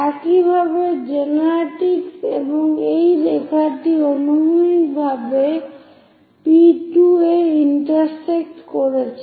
একইভাবে জেনারেট্রিক্স এবং এই রেখাটি অনুভূমিকভাবে P2 এ ইন্টারসেক্ট করছে